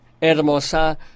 hermosa